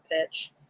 pitch